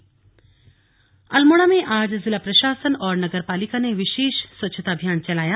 slug स्वच्छता अभियान अल्मोड़ा में आज जिला प्रशासन और नगर पालिका ने विशेष स्वच्छता अभियान चलाया